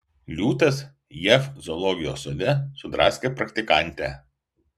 liūtas jav zoologijos sode sudraskė praktikantę